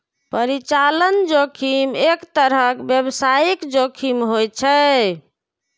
परिचालन जोखिम एक तरहक व्यावसायिक जोखिम होइ छै